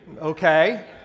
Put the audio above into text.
Okay